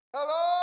Hello